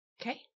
Okay